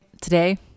Today